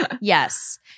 Yes